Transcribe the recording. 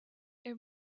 their